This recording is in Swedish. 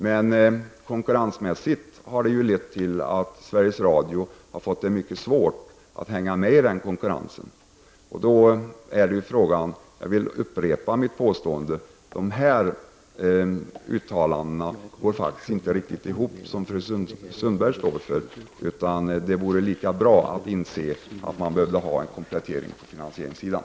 Men konkurrensmässigt har detta lett till att Sveriges Radio har fått det mycket svårt att hänga med i konkurrensen. Jag vill upprepa mitt påstående att Ingrid Sundbergs uttalanden inte går riktigt ihop. Det vore lika bra att inse att det behövs en komplettering på finansieringssidan.